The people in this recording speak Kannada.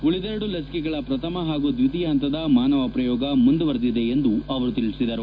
ಉಳಿದೆರಡು ಲಸಿಕೆಗಳ ಪ್ರಥಮ ಹಾಗೂ ದ್ವೀತಿಯ ಪಂತದ ಮಾನವ ಪ್ರಯೋಗ ಮುಂದುವರೆದಿದೆ ಎಂದು ತಿಳಿಸಿದರು